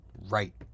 right